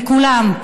לכולם,